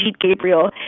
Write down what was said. Gabriel